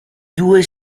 due